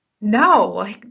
No